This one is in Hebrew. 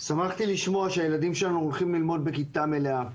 שמחתי לשמוע שהילדים שלנו הולכים ללמוד בכיתה מלאה.